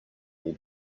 will